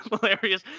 hilarious